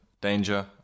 danger